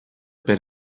per